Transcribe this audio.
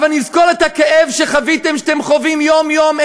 הבה נזכור את הכאב שחוויתם, שאתם חווים יום-יום.